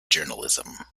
journalism